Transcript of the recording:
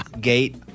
gate